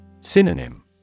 Synonym